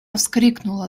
вскрикнула